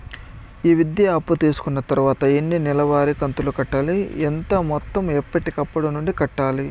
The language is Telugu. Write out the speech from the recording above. ఈ విద్యా అప్పు తీసుకున్న తర్వాత ఎన్ని నెలవారి కంతులు కట్టాలి? ఎంత మొత్తం ఎప్పటికప్పుడు నుండి కట్టాలి?